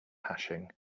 hashing